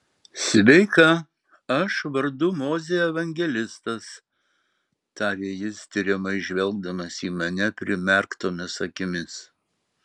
sveika aš vardu mozė evangelistas tarė jis tiriamai žvelgdamas į mane primerktomis akimis